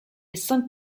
cinq